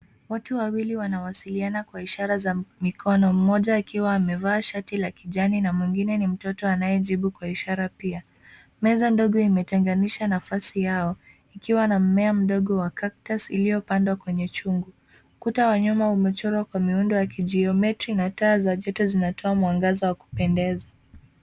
Watu wawili wanawasiliana kwa ishara za mikono, mmoja akiwa amevaa shati la kijani na mwingine ni mtoto anayejibu kwa ishara pia. Meza ndogo imetenganisha nafasi yao, ikiwa na mmea mdogo wa cactus iliyopandwa kwenye chungu. Kuta wa nyuma umechorwa kwa miundo ya kijiometri na taa za joto zinatoa mwangaza wa kupendeza.